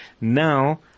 Now